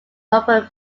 open